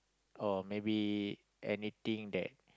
or maybe anything that